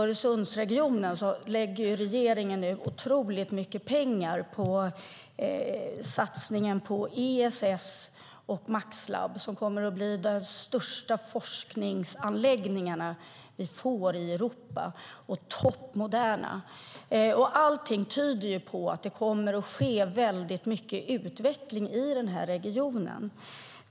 Regeringen lägger nu otroligt mycket pengar i Öresundsregionen på satsningen på ESS och MAX-labb som kommer att bli de största forskningsanläggningarna som vi får i Europa. De blir toppmoderna. Allt tyder på att det kommer att ske mycket utveckling i denna region.